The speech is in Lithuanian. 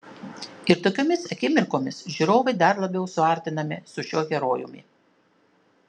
ir tokiomis akimirkomis žiūrovai dar labiau suartinami su šiuo herojumi